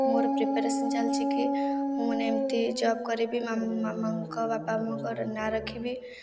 ମୋର ପ୍ରିପାରେସନ୍ ଚାଲିଛି କି ମୁଁ ମାନେ ଏମତି ଜବ୍ କରିବି ମା' ମାମାଙ୍କ ବାପାଙ୍କର ନାଁ ରଖିବି